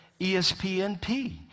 ESPNP